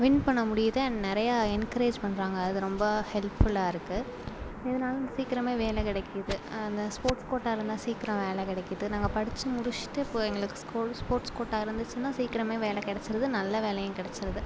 win பண்ண முடியுது and நிறையா என்கரேஜ் பண்ணுறாங்க அது ரொம்ப ஹெல்ப்ஃபுல்லாக இருக்குது இதனால சீக்கிரமே வேலை கிடைக்கிது அந்த ஸ்போர்ட்ஸ் கோட்டாவில் தான் சீக்கிரம் வேலை கிடைக்கிது நாங்கள் படித்து முடிச்சுட்டு இப்போ எங்களுக்கு ஸ்கூல் ஸ்போர்ட்ஸ் கோட்டா இருந்துச்சுனா சீக்கிரமே வேலை கிடைச்சிடுது நல்ல வேலையும் கிடைச்சிடுது